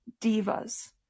divas